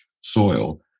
soil